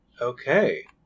Okay